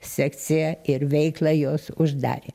sekciją ir veiklą jos uždarė